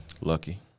lucky